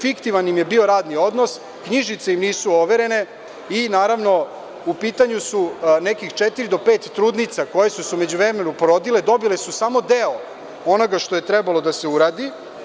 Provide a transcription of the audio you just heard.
Fiktivan im je bio radni odnos, knjižice im nisu overene, i naravno, u pitanju su nekih četiri do pet trudnica koje su se u međuvremenu porodile, dobile su samodeo onoga što je trebalo da se uradi.